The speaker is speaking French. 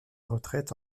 retraite